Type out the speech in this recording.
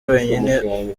wenyine